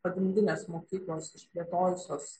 pagrindinės mokyklos išplėtojusios